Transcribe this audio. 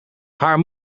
haar